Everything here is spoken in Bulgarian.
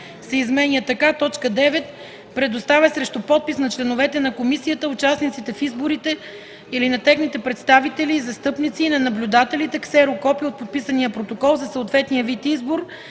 се изменя така: „9. предоставя срещу подпис на членовете на комисията, участниците в изборите или на техните представители и застъпници и на наблюдателите ксерокопие от подписания протокол за съответния вид избор